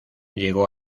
llegó